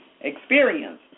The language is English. experience